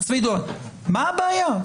מה הבעיה?